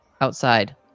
Outside